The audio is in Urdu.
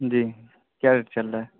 جی کیا ریٹ چل رہا ہے